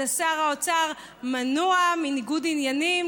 אז שר האוצר מנוע מניגוד עניינים,